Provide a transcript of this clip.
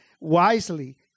wisely